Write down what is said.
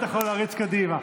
ובטח לא להריץ קדימה.